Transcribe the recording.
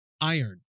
iron